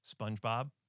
SpongeBob